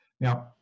Now